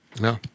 No